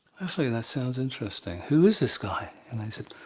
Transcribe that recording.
actually, that sounds interesting, who is this guy? and he said,